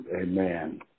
Amen